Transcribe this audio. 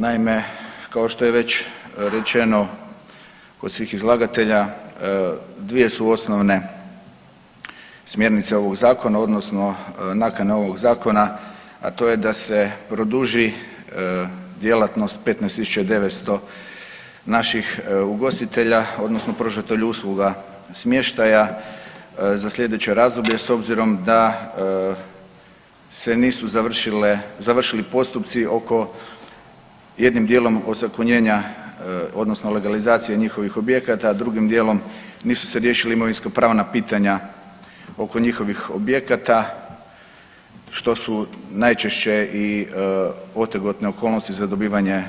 Naime, kao što je već rečeno od svih izlagatelja, dvije su osnovne smjernice ovog zakona odnosno nakana ovog zakona, a to je da se produži djelatnost 15.900 naših ugostitelja odnosno pružatelja usluga smještaja za slijedeće razdoblje s obzirom da se nisu završile, završili …postupci oko jednim dijelom ozakonjenja odnosno legalizacije njihovih objekata, a drugim dijelom nisu se riješila imovinskopravna pitanja oko njihovih objekata, što su najčešće i otegotne okolnosti za dobivanje